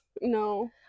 no